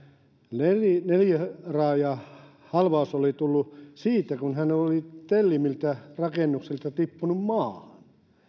neliraajahalvaus oli tullut siitä kun hän oli tellingiltä rakennuksilla tippunut maahan